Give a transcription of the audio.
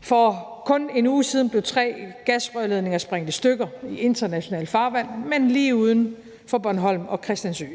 For kun en uge siden blev tre gasledninger sprængt i stykker i internationalt farvand, men lige uden for Bornholm og Christiansø.